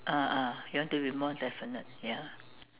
ah ah he want to be more definite ya